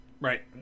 Right